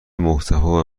محتوا